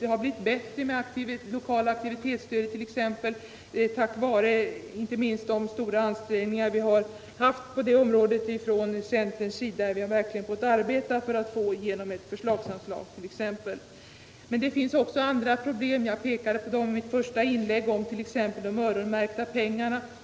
Det har bl.a. blivit bättre med det lokala aktivitetsstödet, inte minst tack vare de stora ansträngningar vi inom centern gjort på det området. Vi har verkligen fått arbeta för att få igenom ett förslagsanslag exempelvis. Men det finns andra problem. Jag pekade på dem i mitt första inlägg, t.ex. de öronmärkta: pengarna.